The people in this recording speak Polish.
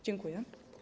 Dziękuję.